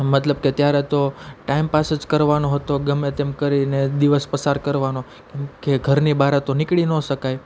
મતલબ કે ત્યારે તો ટાઈમ પાસ જ કરવાનો હતો ગમે તેમ કરીને દિવસ પસાર કરવાનો કે ઘરની બારે તો નીકળી ન શકાય